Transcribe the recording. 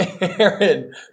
Aaron